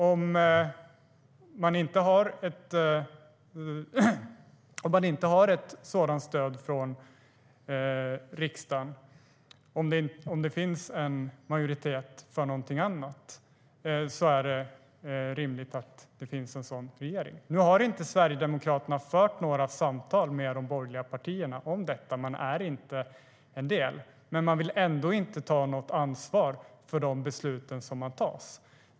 Om man inte har ett sådant stöd från riksdagen, om det finns en majoritet för någonting annat, är det rimligt att det blir en annan regering. Nu har inte Sverigedemokraterna fört några samtal med de borgerliga partierna om detta. Man är inte en del av deras alternativ. Men man vill inte heller ta något ansvar för de beslut som tas.